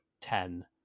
ten